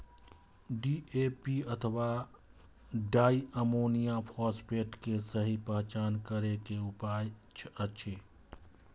DAP अथवा diammonium phosphate के सहि पहचान करे के कि उपाय अछि?